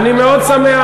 אני מאוד שמח.